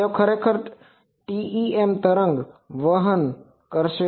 અને તેઓ ખરેખર છે TEM તરંગ વહન કરશે